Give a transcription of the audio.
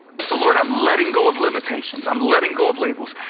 so, lord, i'm letting go of limitations. i'm letting go of labels.